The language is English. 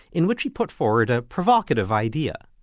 in which he put forward a provocative idea.